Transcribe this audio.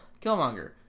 killmonger